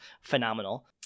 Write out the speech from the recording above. phenomenal